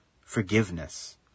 Forgiveness